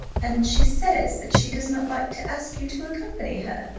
and she says that she does not like to ask you to accompany her.